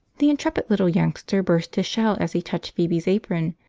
the intrepid little youngster burst his shell as he touched phoebe's apron,